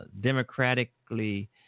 democratically